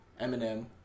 Eminem